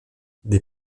des